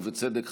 ובצדק,